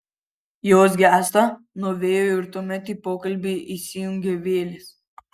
jos gęsta nuo vėjo ir tuomet į pokalbį įsijungia vėlės